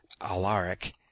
Alaric